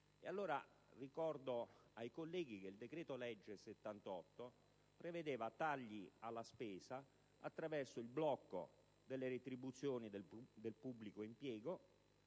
ricordo ai colleghi che il decreto-legge n. 78 prevedeva tagli alla spesa attraverso il blocco delle retribuzioni nel pubblico impiego,